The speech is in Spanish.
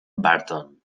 burton